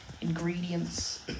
ingredients